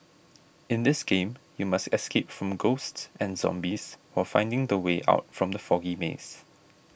in this game you must escape from ghosts and zombies while finding the way out from the foggy maze